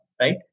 right